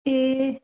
ए